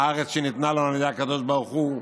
הארץ שניתנה לנו על ידי הקדוש ברוך הוא.